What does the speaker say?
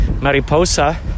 Mariposa